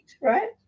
right